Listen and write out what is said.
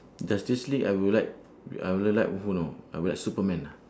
justice league I will like I only like who know I will like superman ah